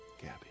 Gabby